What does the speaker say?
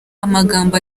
amagambo